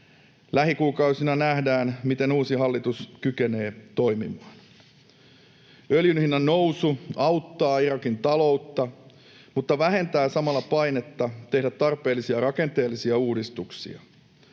Lähikuukausina nähdään, miten uusi hallitus kykenee toimimaan. Öljyn hinnan nousu auttaa Irakin taloutta mutta vähentää samalla painetta tehdä tarpeellisia rakenteellisia uudistuksia.